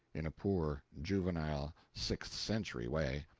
in a poor juvenile sixth century way.